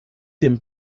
dem